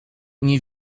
nie